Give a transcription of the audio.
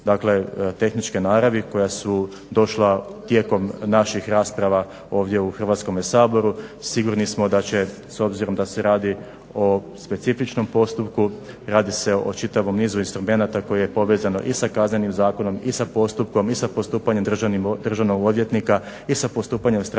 dakle tehničke naravi koja su došla tijekom naših rasprava ovdje u Hrvatskome saboru. Sigurni smo da će s obzirom da se radi o specifičnom postupku, radi se o čitavom nizu instrumenta koji je povezano i sa Kaznenim zakonom i sa postupkom i sa postupanjem državnog odvjetnika i sa postupanjem stranaka u postupku.